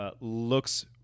Looks